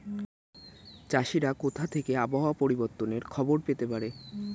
চাষিরা কোথা থেকে আবহাওয়া পরিবর্তনের খবর পেতে পারে?